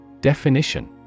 Definition